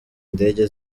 indege